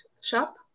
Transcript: shop